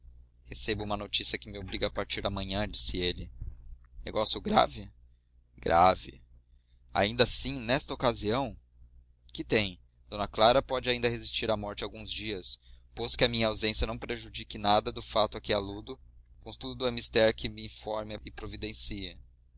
recebo uma notícia que me obriga a partir amanhã disse ele negócio grave grave ainda assim nesta ocasião que tem d clara pode ainda resistir à morte alguns dias e posto que a minha ausência não prejudique nada do fato a que aludo contudo é mister que me informe e providencie